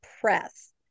press